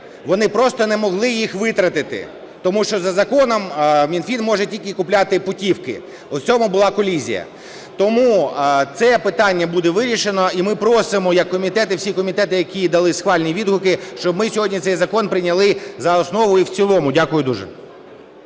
вони просто не могли їх витратити, тому що за законом Мінфін може тільки купляти путівки, от в цьому була колізія. Тому це питання буде вирішено і ми просимо як комітет і всі комітети, які дали схвальні відгуки, щоб ми сьогодні цей закон прийняли за основу і в цілому. Дякую дуже.